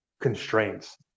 constraints